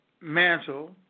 mantle